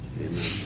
Amen